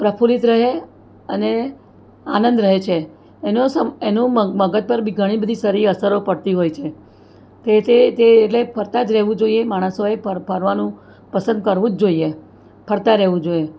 પ્રફુલ્લિત રહે અને આનંદ રહે છે એનો એનો મગજ પર બી ઘણી બધી સારી અસર પડતી હોય છે કે જે છે એ એટલે ફરતા રહેવું જોઈએ માણસોએ ફરવાનું પસંદ કરવું જ જોઈએ ફરતા રહેવું જોઈએ